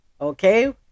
Okay